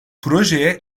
projeye